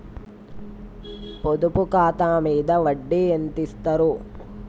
పొదుపు ఖాతా మీద వడ్డీ ఎంతిస్తరు?